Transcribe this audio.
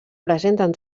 presenten